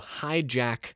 hijack